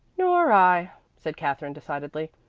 nor i, said katherine decidedly.